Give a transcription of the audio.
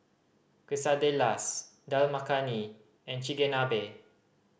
Quesadillas Dal Makhani and Chigenabe